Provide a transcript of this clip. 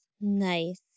Nice